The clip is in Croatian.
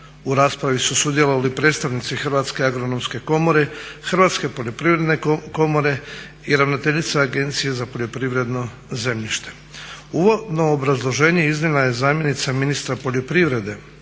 U raspravi su sudjelovali predstavnici Hrvatske agronomske komore, Hrvatske poljoprivredne komore i ravnateljica Agencije za poljoprivredno zemljište. Uvodno obrazloženje iznijela je zamjenica ministra poljoprivrede,